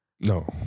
No